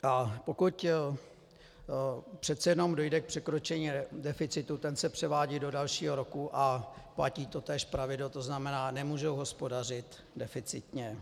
A pokud přece jenom dojde k překročení deficitu, ten se převádí do dalšího roku a platí totéž pravidlo, to znamená, nemůžou hospodařit deficitně.